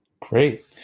Great